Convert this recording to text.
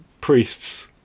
priests